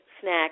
snack